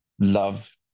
love